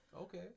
Okay